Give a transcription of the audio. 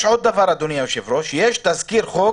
דבר נוסף, יש תזכיר חוק